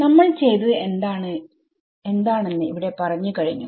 നമ്മൾ ചെയ്തത് എന്താണെന്ന് ഇവിടെ പറഞ്ഞു കഴിഞ്ഞു